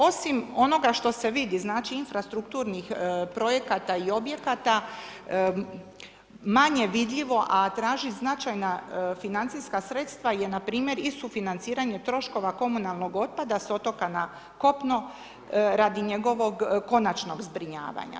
Osim onoga što se vidi, znači infrastrukturnih projekata i objekata, manje vidljivo a traži značajna financijska sredstva je npr. i sufinanciranje troškova komunalnog otpada sa otoka na kopno radi njegovog konačnog zbrinjavanja.